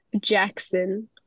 Jackson